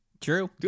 True